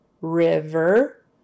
river